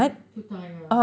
too tired